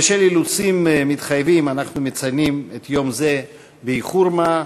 בשל אילוצים מתחייבים אנחנו מציינים יום זה באיחור-מה,